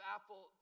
Apple